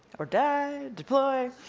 or die, deploy,